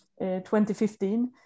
2015